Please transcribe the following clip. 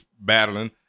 battling